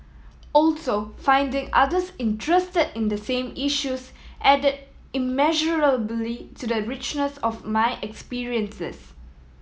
also finding others interested in the same issues add immeasurably to the richness of my experiences